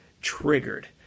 triggered